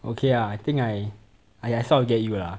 okay ah I think I I I sort of get you lah